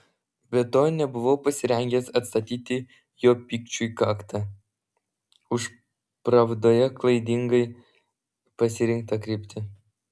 be to nebuvau pasirengęs atstatyti jo pykčiui kaktą už pravdoje klaidingai pasirinktą kryptį